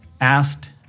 asked